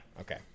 okay